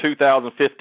2015